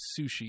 sushi